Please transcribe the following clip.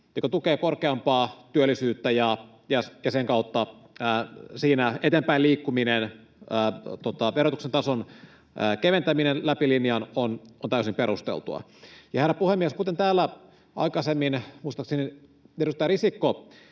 joka tukee korkeampaa työllisyyttä, ja sen kautta siinä eteenpäin liikkuminen, verotuksen tason keventäminen läpi linjan, on täysin perusteltua. Herra puhemies! Kuten täällä aikaisemmin muistaakseni edustaja Risikko